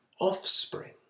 offspring